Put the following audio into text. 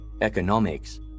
economics